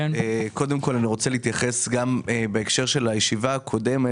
קודם כל אני רוצה להתייחס גם בהקשר של הישיבה הקודמת.